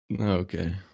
Okay